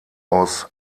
aus